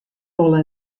wolle